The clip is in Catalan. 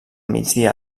migdia